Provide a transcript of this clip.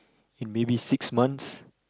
in maybe six months